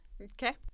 Okay